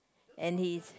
and his